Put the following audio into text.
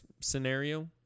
scenario